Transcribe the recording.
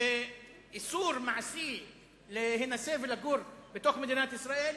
ואיסור מעשי להינשא ולגור בתוך מדינת ישראל,